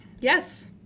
Yes